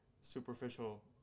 superficial